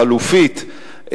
החלופית,